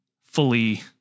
fully